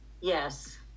yes